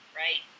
right